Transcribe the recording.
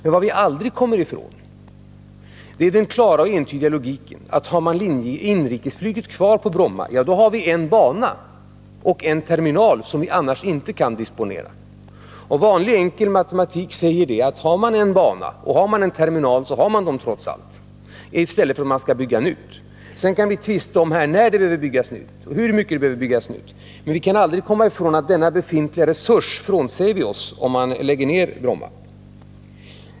Vi kommer inte heller ifrån den klara och entydiga logiken, att har vi inrikesflyget kvar på Bromma, så disponerar vi en bana och en terminal som vi annars inte har. Vanlig enkel matematik säger, att har man en bana och en terminal så har man dem trots allt. Det har man inte om man skall bygga nytt. Sedan kan vi tvista om när det behöver byggas nytt och hur mycket som behöver byggas nytt. Men vi kommer inte ifrån att vi frånsäger oss denna befintliga resurs, om vi lägger ned Bromma.